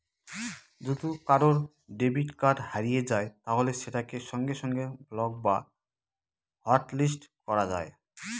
যদি কারুর debit card হারিয়ে যায় তাহলে সেটাকে সঙ্গে সঙ্গে ব্লক বা হটলিস্ট করা যায়